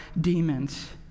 demons